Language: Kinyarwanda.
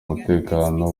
mutekano